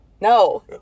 no